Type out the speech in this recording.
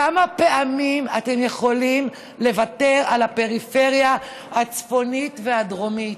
כמה פעמים אתם יכולים לוותר על הפריפריה הצפונית והדרומית?